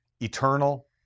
Eternal